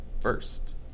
first